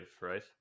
right